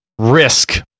risk